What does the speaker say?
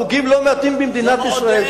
חוגים לא מעטים במדינת ישראל,